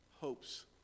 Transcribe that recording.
hopes